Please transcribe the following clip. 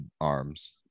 arms